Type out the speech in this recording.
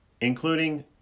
including